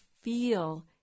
Feel